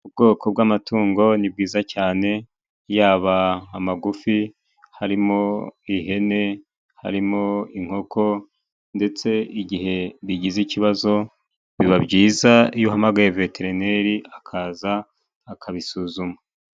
Ubwoko bw'amatungo ni bwiza cyane. Yaba amagufi harimo ihene, harimo inkoko, ndetse igihe bigize ikibazo biba byiza iyo uhamagaye veterineri akaza akabisuzuma.